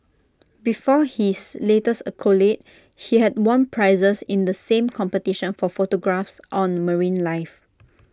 before his latest accolade he had won prizes in the same competition for photographs on marine life